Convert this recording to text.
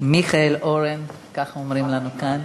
מיכאל אורן, ככה אומרים לנו כאן.